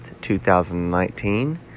2019